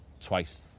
twice